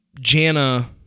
Jana